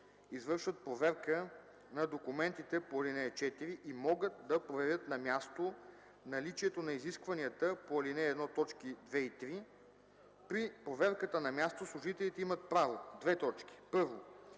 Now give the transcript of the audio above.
извършват проверка на документите по ал. 4 и могат да проверят на място наличието на изискванията по ал. 1, т. 2 и 3. При проверката на място служителите имат право: 1. на